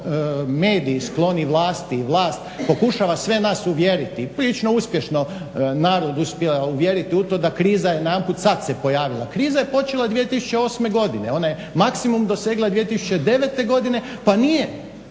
mediji skloni vlasti i vlast pokušava sve nas uvjeriti, prilično uspješno narod uspijeva uvjeriti u to da kriza najedanput sad se pojavila, kriza je počela 2008. godine, ona je maksimum dosegla 2009. godine pa nije